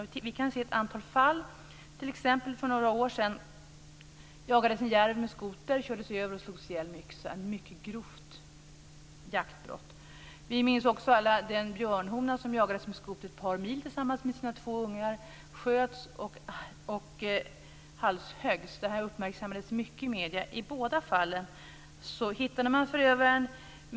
Det finns ett antal sådana här fall. För några år sedan jagades t.ex. en järv med skoter, kördes över och slogs ihjäl med yxa. Det var ett mycket grovt jaktbrott. Det här uppmärksammades mycket i medierna. I båda fallen hittade man förövaren.